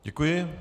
Děkuji.